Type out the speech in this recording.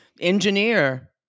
engineer